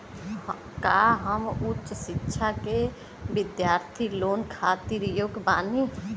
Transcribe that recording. का हम उच्च शिक्षा के बिद्यार्थी लोन खातिर योग्य बानी?